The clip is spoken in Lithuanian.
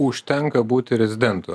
užtenka būti rezidentu